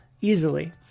easily